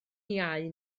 iau